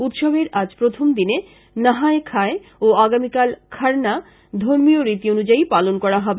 উৎসবের আজ প্রথমদিনে নহায় খায় ও আগামীকাল খারনা ধর্মীয় রীতি অনুযায়ী পালন করা হবে